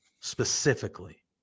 Specifically